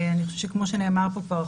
אני חושבת שכמו שנאמר פה כבר,